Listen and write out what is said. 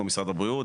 כמו משרד הבריאות,